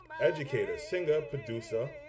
educator-singer-producer